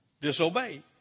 disobey